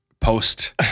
post